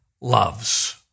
loves